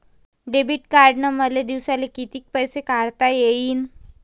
Debit कार्डनं मले दिवसाले कितीक पैसे काढता येईन?